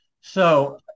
So-